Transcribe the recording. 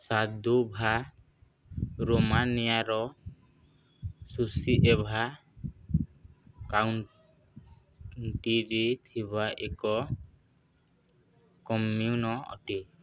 Sadova ରୋମାନିଆର Suceava କାଉଣ୍ଟିରେ ଥିବା ଏକ କମ୍ୟୁନ ଅଟେ